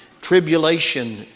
tribulation